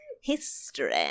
History